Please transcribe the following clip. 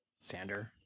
Sander